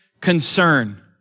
concern